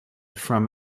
from